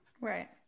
Right